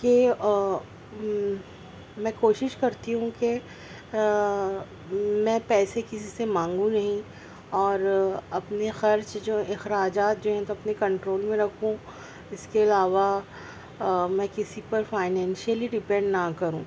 کہ میں کوشش کرتی ہوں کہ میں پیسے کسی سے مانگوں نہیں اور اپنے خرچ جو اخراجات جو ہیں تو اپنے کنٹرول میں رکھوں اِس کے علاوہ میں کسی پر فائنینشلی ڈیپینڈ نہ کروں